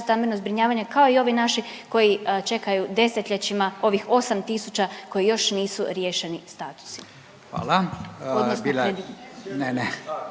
stambeno zbrinjavanje kao i ovi naši koji čekaju 10-ljećima, ovih 8 tisuća koji još nisu riješeni statusi.